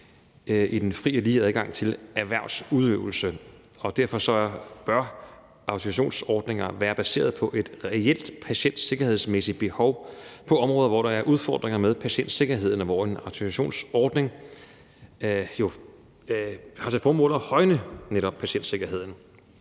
i den frie og lige adgang til erhvervsudøvelse, og autorisationsordninger bør derfor være baseret på et reelt patientsikkerhedsmæssigt behov på områder, hvor der er udfordringer med patientsikkerheden, og hvor en autorisationsordning jo netop har til formål at højne patientsikkerheden.